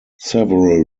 several